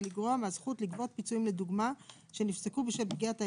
לגרוע מהזכות לגבות פיצויים לדוגמה שנפסקו בשל פגיעת האיבה,